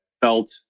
felt